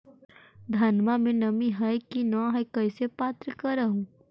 धनमा मे नमी है की न ई कैसे पात्र कर हू?